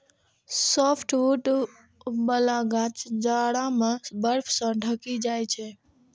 softwood बला गाछ जाड़ा मे बर्फ सं ढकि जाइ छै